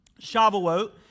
Shavuot